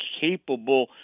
capable